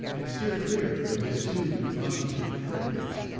and steer clear of his too demonstrative friends.